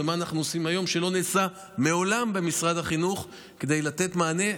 ומה אנחנו עושים היום שלא נעשה מעולם במשרד החינוך כדי לתת מענה.